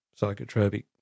psychotropic